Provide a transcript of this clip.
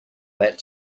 that